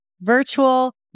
virtual